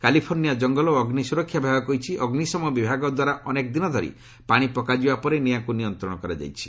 California ଜଙ୍ଗଲ ଓ ଅଗ୍ନି ସୁରକ୍ଷା ବିଭାଗ କହିଛି ଅଗ୍ରିସମ ବିଭାଗ ଦ୍ୱାରା ଅନେକ ଦିନ ଧରି ପାଣି ପକାଯିବା ପରେ ନିଆଁକୁ ନିୟନ୍ତ୍ରଣ କରାଯାଇଛି